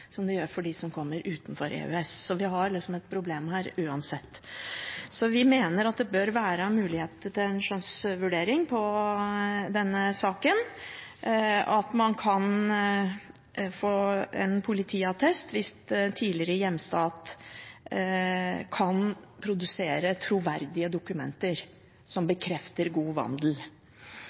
for dem som kommer utenfra EØS, så vi har et problem her uansett. Vi mener at det bør være muligheter til en skjønnsvurdering på denne saken, at man kan få en politiattest hvis en tidligere hjemstat kan produsere troverdige dokumenter som bekrefter god vandel.